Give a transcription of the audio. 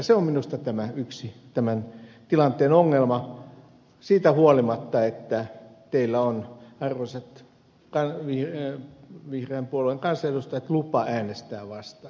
se on minusta yksi tämän tilanteen ongelma siitä huolimatta että teillä on arvoisat vihreän puolueen kansanedustajat lupa äänestää vastaan